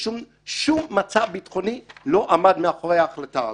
ושום מצע ביטחוני לא עמד מאחורי ההחלטה הזאת.